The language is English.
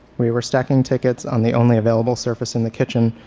we were stacking tickets on the only available surface in the kitchen,